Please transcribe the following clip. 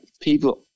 people